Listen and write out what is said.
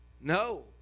No